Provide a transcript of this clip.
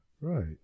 Right